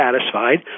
satisfied